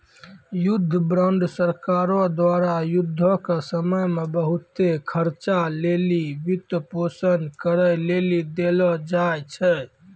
युद्ध बांड सरकारो द्वारा युद्धो के समय मे बहुते खर्चा लेली वित्तपोषन करै लेली देलो जाय छै